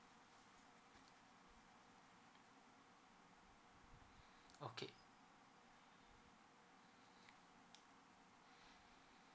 okay